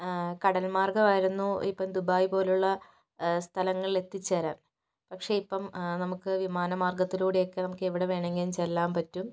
കടൽ മാർഗ്ഗമായിരുന്നു ഇപ്പോൾ ദുബായ് പോലെയുള്ള സ്ഥലങ്ങളിൽ എത്തിച്ചേരാൻ പക്ഷേ ഇപ്പം നമുക്ക് വിമാന മാർഗത്തിലൂടെയൊക്കെ നമുക്ക് എവിടെ വേണമെങ്കിലും ചെല്ലാൻ പറ്റും